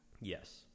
Yes